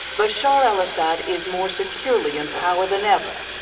bashar al-assad is more securely in power than ever,